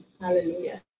Hallelujah